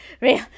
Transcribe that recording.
Real